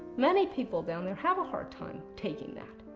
many people down there have a hard time taking that.